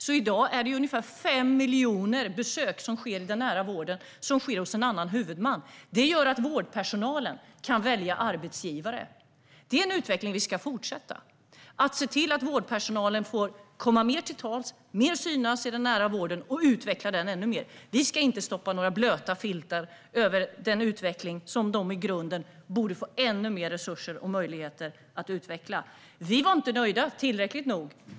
I dag är det ungefär 5 miljoner besök i den nära vården som sker hos en annan huvudman. Det här gör att vårdpersonalen kan välja arbetsgivare. Vi ska se till att den utvecklingen fortsätter så att vårdpersonalen får komma till tals mer, synas mer i den nära vården och utveckla den ännu mer. Vi ska inte lägga några blöta filtar över den utvecklingen, som i grunden borde få ännu mer resurser och möjligheter. Vi var inte nöjda.